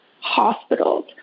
hospitals